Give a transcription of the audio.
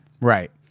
Right